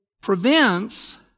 prevents